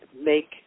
make